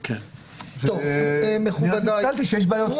רק עדכנתי שיש בעיות.